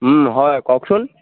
হয় কওকচোন